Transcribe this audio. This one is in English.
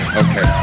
okay